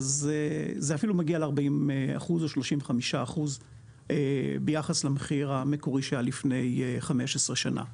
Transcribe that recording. זה אפילו מגיע ל-40% או 35% ביחס למחיר המקורי שהיה לפני 15 שנים.